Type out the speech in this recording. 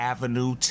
Avenue